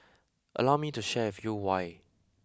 allow me to share with you why